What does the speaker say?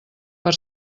per